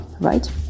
right